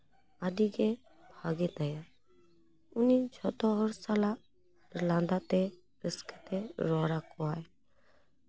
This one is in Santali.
ᱟᱹᱰᱤ ᱜᱮ ᱵᱷᱟᱜᱮ ᱛᱟᱭᱟ ᱩᱱᱤ ᱡᱷᱚᱛᱚ ᱦᱚᱲ ᱥᱟᱞᱟᱜ ᱞᱟᱸᱫᱟᱛᱮ ᱨᱟᱹᱥᱠᱟᱹ ᱛᱮ ᱨᱚᱲ ᱟᱠᱚᱣᱟᱭ